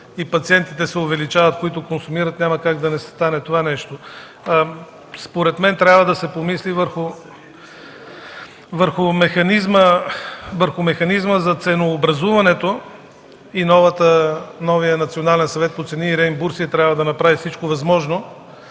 пациентите, които консумират, няма как да не стане това нещо. Според мен трябва да се помисли върху механизма за ценообразуването и новият Национален съвет по цени и реимбурсия трябва да направи всичко възможно